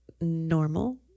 normal